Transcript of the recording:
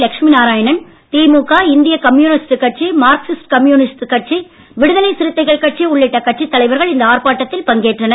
லட்சுமி நாராயணன் திமுக இந்திய கம்யூனிஸ்ட் கட்சி Marxist communist கட்சி விடுதலை சிறுத்தைகள் கட்சி உள்ளிட்ட கட்சித் தலைவர்கள் இந்த ஆர்ப்பாட்டத்தில் பங்கேற்றனர்